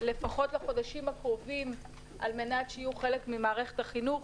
לפחות לחודשים הקרובים כדי שיהיו חלק ממערכת החינוך.